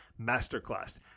masterclass